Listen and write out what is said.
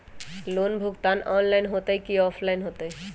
Loan भुगतान online होतई कि ऑफलाइन होतई?